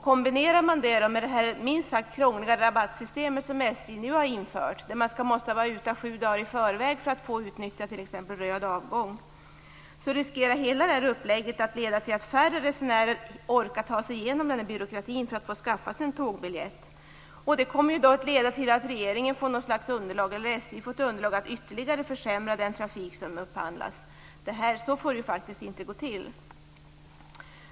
Kombinerar man detta med det minst sagt krångliga rabattsystem som SJ nu har infört - att man måste vara ute sju dagar i förväg för att få utnyttja röd avgång - riskerar hela det här upplägget att leda till att färre resenärer orkar ta sig igenom byråkratin för att skaffa sig en tågbiljett. Det kommer att leda till att SJ får underlag för att ytterligare försämra den trafik som upphandlas. Så får det faktiskt inte gå till.